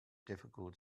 difficult